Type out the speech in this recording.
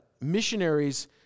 missionaries